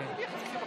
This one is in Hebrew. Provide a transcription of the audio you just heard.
קיש מדבר בטלפון.